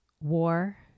war